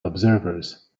observers